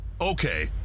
Okay